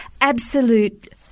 absolute